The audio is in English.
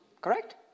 Correct